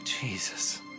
Jesus